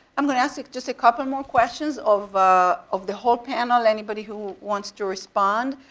i'm going to ask just a couple more questions of of the whole panel. anybody who wants to respond?